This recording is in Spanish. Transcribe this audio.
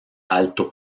alto